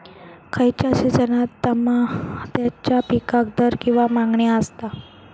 खयच्या सिजनात तमात्याच्या पीकाक दर किंवा मागणी आसता?